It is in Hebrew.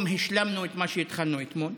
היום השלמנו את מה שהתחלנו אתמול.